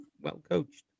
Well-coached